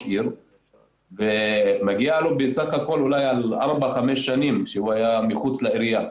עיר ומגיע לו בסך הכול אולי על ארבע-חמש שנים שהוא היה מחוץ לעירייה.